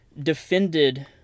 defended